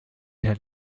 had